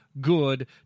good